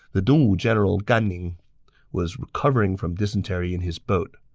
the dongwu general gan ning was recovering from dysentery in his boat.